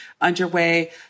underway